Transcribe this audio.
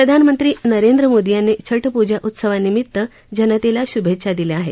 प्रधानमंत्री नरेंद्र मोदी यांनी छट पूजा उत्सवानिमित्त जनतेला शुभेच्छा दिल्या आहेत